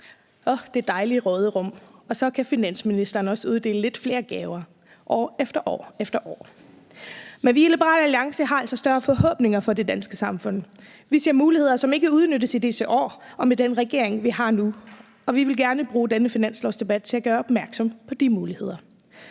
det dejlige råderum – og så kan finansministeren også uddele lidt flere gaver år efter år efter år. Men vi i Liberal Alliance har altså større forhåbninger for det danske samfund. Vi ser muligheder, som ikke udnyttes i disse år og med den regering, vi har nu, og vi vil gerne bruge denne finanslovsdebat til at gøre opmærksom på de muligheder.